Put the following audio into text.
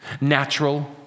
natural